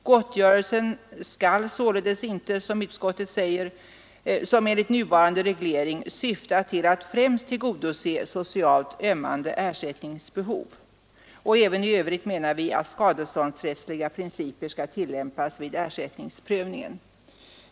Gottgörelse skall således inte, som enligt nuvarande regler, syfta till att främst tillgodose socialt ömmande ersättningsbehov. Även i övrigt menar vi att skadeståndsrättsliga principer skall tillämpas vid ersättningsprövningen.